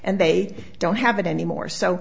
and they don't have that anymore so